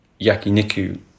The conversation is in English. yakiniku